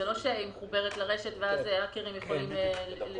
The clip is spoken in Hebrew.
היא לא מחוברת לרשת ואז האקרים לא יכולים לפרוץ.